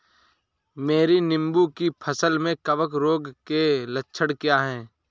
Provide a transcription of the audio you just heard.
मेरी नींबू की फसल में कवक रोग के लक्षण क्या है?